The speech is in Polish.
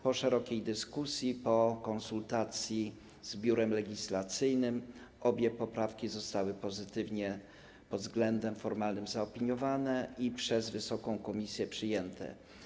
Po szerokiej dyskusji, po konsultacji z Biurem Legislacyjnym obie poprawki zostały pozytywnie pod względem formalnym zaopiniowane i przez wysoką komisję przyjęte.